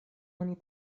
oni